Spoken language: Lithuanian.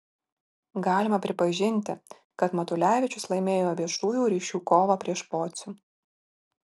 galima pripažinti kad matulevičius laimėjo viešųjų ryšių kovą prieš pocių